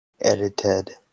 Edited